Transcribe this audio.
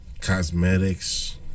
Cosmetics